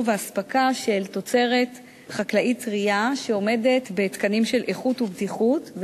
ואספקה של תוצרת חקלאית טרייה שעומדת בתקנים של איכות ובטיחות.